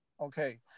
Okay